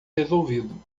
resolvido